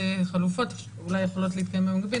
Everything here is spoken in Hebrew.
חלופות שאולי יכולות להתקיים במקביל,